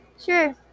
Sure